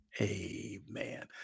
Amen